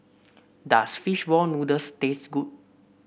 does fish ball noodles taste good